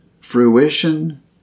fruition